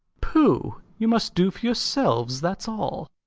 pooh! you must do for yourselves that's all.